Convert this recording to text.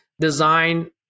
design